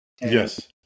Yes